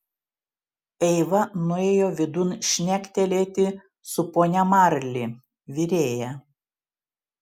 eiva nuėjo vidun šnektelėti su ponia marli virėja